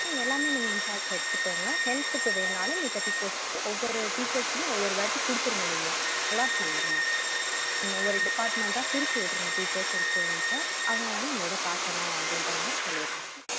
ம் எல்லாமே நீங்கள் இன்சார்ஜ் எடுத்துக்கோங்க ஹெல்ப்புக்கு வேணும்னாலும் மத்த டீச்சர்ஸ் ஒவ்வொரு டீச்சர்ஸ்க்குமே ஒவ்வொரு ஒர்க்கு கொடுத்துருங்க நீங்கள் அலாட் பண்ணிடுங்க ம் ஒவ்வொரு டிப்பார்ட்மெண்டாக பிரிச்சு விட்டுருங்க டீச்சர்ஸ் அண்ட் ஸ்டூடண்ட்ஸை அவங்கவுங்க அந்த இதை பார்க்கணும் அப்படின்ற மாதிரி சொல்லிடுங்க நீங்கள்